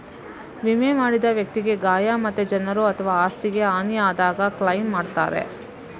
ವಿಮೆ ಮಾಡಿದ ವ್ಯಕ್ತಿಗೆ ಗಾಯ ಮತ್ತೆ ಜನರು ಅಥವಾ ಆಸ್ತಿಗೆ ಹಾನಿ ಆದಾಗ ಕ್ಲೈಮ್ ಮಾಡ್ತಾರೆ